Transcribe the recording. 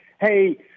hey